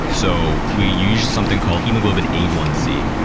yeah so we use something called hemoglobin a one c.